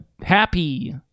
happy